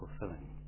fulfilling